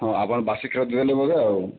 ହଁ ଆପଣ ବାସି କ୍ଷୀର ଦେଲେ ବୋଧେ ଆଉ